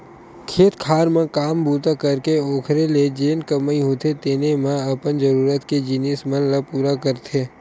खेत खार म काम बूता करके ओखरे ले जेन कमई होथे तेने म अपन जरुरत के जिनिस मन ल पुरा करथे